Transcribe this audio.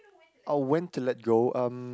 oh when to let go um